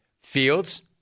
Fields